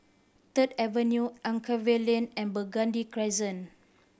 Third Avenue Anchorvale Lane and Burgundy Crescent